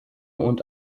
und